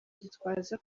gitwaza